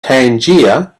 tangier